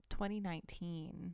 2019